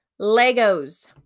Legos